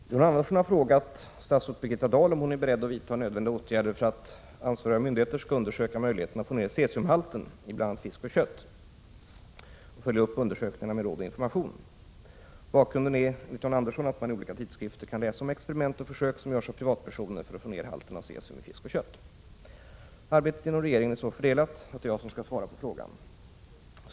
Fru talman! John Andersson har frågat statsrådet Birgitta Dahl om hon är beredd att vidta nödvändiga åtgärder för att ansvarig myndighet undersöker möjligheterna att få ned cesiumhalten i bl.a. fisk och kött och följer upp undersökningarna med råd och information. Bakgrunden till frågan är enligt John Andersson att man i olika tidskrifter kan läsa om experiment och försök som görs av privatpersoner för att få ned halten av cesium i bl.a. kött och fisk. Arbetet inom regeringen är så fördelat att det är jag som skall svara på frågan.